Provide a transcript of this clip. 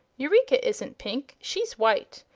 eureka isn't pink she's white.